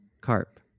carp